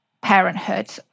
parenthood